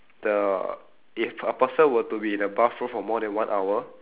the if a person would to be in the bathroom for more than one hour